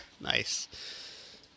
Nice